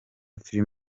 film